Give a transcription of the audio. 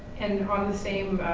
and on the same,